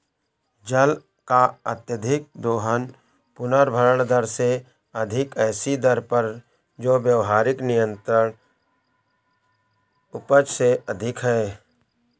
जल का अत्यधिक दोहन पुनर्भरण दर से अधिक ऐसी दर पर जो व्यावहारिक निरंतर उपज से अधिक है